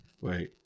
Wait